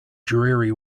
dreary